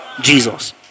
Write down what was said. Jesus